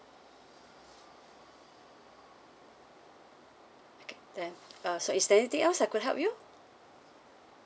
then uh so is there anything else I could help you